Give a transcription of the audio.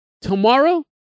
tomorrow